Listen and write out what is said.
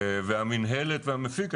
והמינהלת והמפיק,